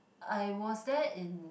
I was there in